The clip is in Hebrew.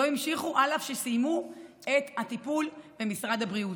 לא המשיכו אף שסיימו את הטיפול במשרד הבריאות.